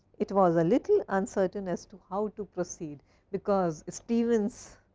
it was a little uncertain as to how to proceed because stevens